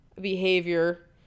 behavior